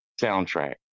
soundtrack